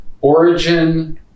origin